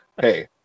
Hey